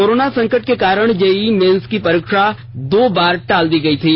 corona संकट के कारण जेईई मेन्स की परीक्षा दो बार टाल दी गई थी